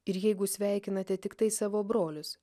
ir jeigu sveikinate tiktai savo brolius